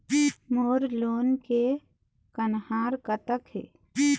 मोर लोन के कन्हार कतक हे?